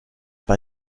bei